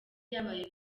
yabaye